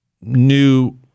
new